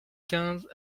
quinze